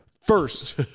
first